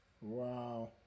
Wow